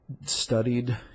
studied